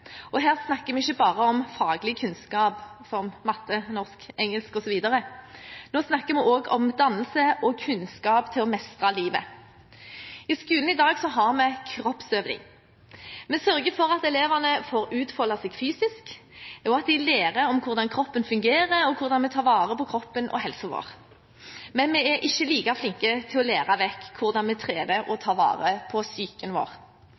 og her snakker vi ikke bare om faglig kunnskap som matte, norsk, engelsk osv., nå snakker vi også om dannelse og kunnskap til å mestre livet. I skolen i dag har vi kroppsøving. Vi sørger for at elevene får utfolde seg fysisk, og at de lærer om hvordan kroppen fungerer og hvordan vi tar vare på kroppen og helsa vår. Men vi er ikke like flinke til å lære bort hvordan vi trener og tar vare på psyken vår.